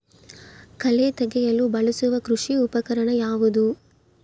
ಕಳೆ ತೆಗೆಯಲು ಬಳಸುವ ಕೃಷಿ ಉಪಕರಣ ಯಾವುದು?